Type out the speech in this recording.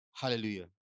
Hallelujah